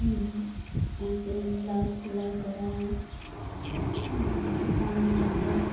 blouse চিলাই কৰাৰ দামবিলাকক